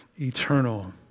eternal